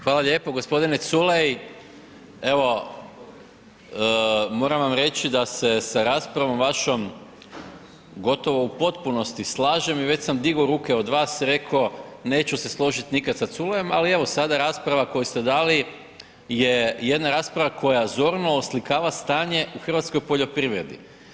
Hvala lijepo. g. Culej, evo, moram vam reći da se sa raspravom vašom gotovo u potpunosti slažem i već sam digao ruke od vas i reko neću se složit nikad sa Culejom, ali evo, sada rasprava koju ste dali je jedna rasprava koja zorno oslikava stanje u hrvatskoj poljoprivredi.